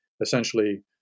essentially